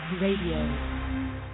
Radio